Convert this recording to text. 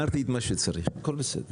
מה שצריך, הכול בסדר.